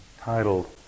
titled